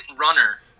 runner